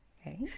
Okay